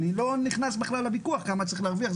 אני לא נכנס בכלל לוויכוח כמה צריך להרוויח,